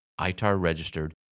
ITAR-registered